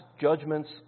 judgments